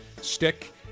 stick